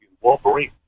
Wolverine